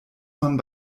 man